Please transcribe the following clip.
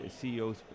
CEOs